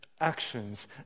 actions